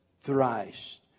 thrice